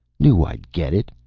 knew i'd get it,